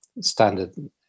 standard